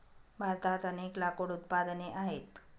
भारतात अनेक लाकूड उत्पादने आहेत